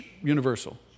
universal